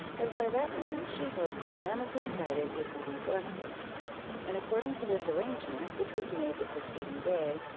as by that means she hoped that none of the invited would be neglected and according to this arrangement, which was made the preceding day,